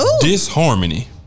disharmony